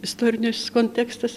istorinis kontekstas